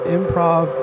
Improv